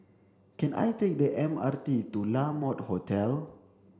can I take the M R T to La Mode Hotel